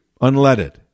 unleaded